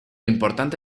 importante